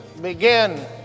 begin